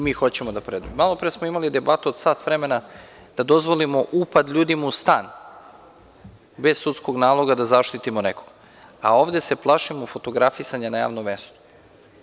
Malo pre smo imali debatu od sat vremena da dozvolimo upad ljudima u stan bez sudskog naloga, da bi zaštitili nekoga, a ovde se plašimo fotografisanja na javnom mestu.